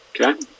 Okay